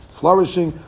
flourishing